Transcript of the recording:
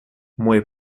мой